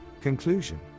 Conclusion